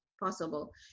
possible